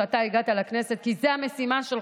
שאתה הגעת לכנסת כי זאת המשימה שלך.